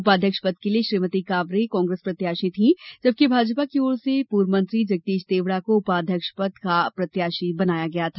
उपाध्यक्ष पद के लिए श्रीमती कांवरे कांग्रेस प्रत्याशी थीं जबकि भाजपा की ओर से पूर्व मंत्री जगदीश देवड़ा को उपाध्यक्ष पद का प्रत्याशी बनाया गया था